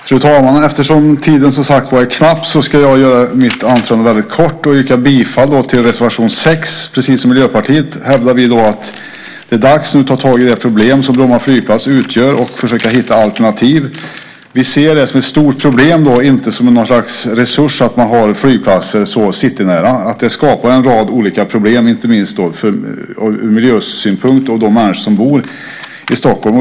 Fru talman! Eftersom tiden, som sagt, är knapp blir mitt anförande väldigt kort. Jag börjar med att yrka bifall till reservation 6. Precis som Miljöpartiet hävdar också vi att det nu är dags att ta tag i det problem som Bromma flygplats utgör och att försöka hitta alternativ. Vi ser det som ett stort problem och inte som ett slags resurs att ha en flygplats så citynära. Det skapar en rad olika problem, inte minst från miljösynpunkt, för de människor som bor i Stockholm.